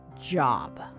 job